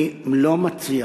אני לא מציע